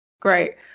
great